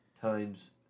times